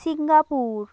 Singapore